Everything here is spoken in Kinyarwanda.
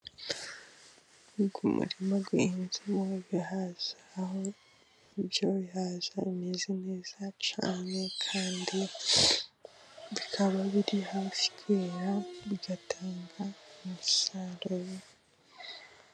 Uyu murima uhinzemo ibihaza, aho ibyo bihaza bimeze neza cyane, kandi bikaba biri ha hafi kwera bigatanga umusaruro.